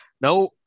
Now